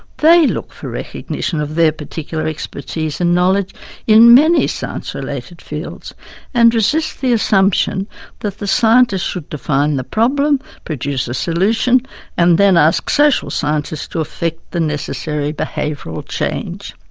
they look for recognition of their particular expertise and knowledge in many science related fields and resist the assumption that the scientists should define the problem, produce the solution and then ask social scientists to effect the necessary behavioural change.